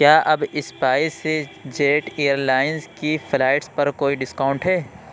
کیا اب SpiceJet airlines کی فلائٹس پر کوئی ڈسکاؤنٹ ہے